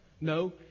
No